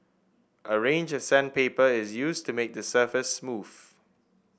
a range of sandpaper is used to make the surface smooth